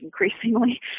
increasingly